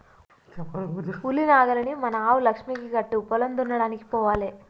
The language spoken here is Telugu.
ఉలి నాగలిని మన ఆవు లక్ష్మికి కట్టు పొలం దున్నడానికి పోవాలే